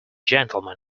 gentlemen